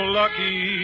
lucky